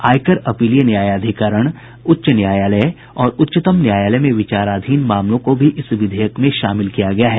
आयकर अपीलीय न्यायाधिकरण उच्च न्यायालय और उच्चतम न्यायालय में विचाराधीन मामलों को भी इस विधेयक में शामिल किया गया है